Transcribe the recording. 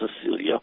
Cecilia